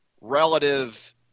relative